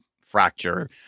fracture